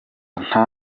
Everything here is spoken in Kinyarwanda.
nta